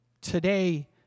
Today